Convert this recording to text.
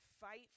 fight